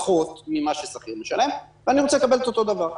פחות ממה ששכיר משלם ואני רוצה לקבל את אותו הדבר.